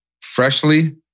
Freshly